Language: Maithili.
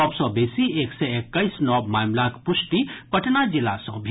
सभ सँ बेसी एक सय एक्कैस नव मामिलाक पुष्टि पटना जिला सँ भेल